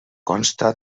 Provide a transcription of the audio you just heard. consta